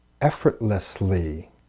effortlessly